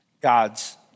God's